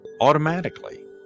automatically